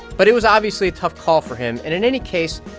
but it was obviously a tough call for him, and in any case,